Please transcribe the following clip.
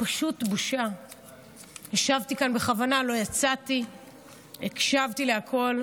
לביטחון לאומי לצורך הכנתה לקריאה שנייה ושלישית.